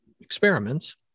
experiments